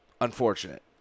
unfortunate